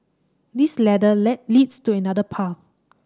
this ladder led leads to another path